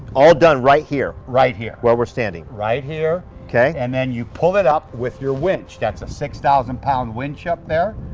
all done right here. right here. where we're standing. right here. okay. and then you pull it up with your winch. that's a six thousand pound winch up there.